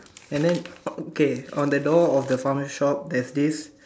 and then okay on the door of the pharma shop there's this